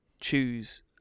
choose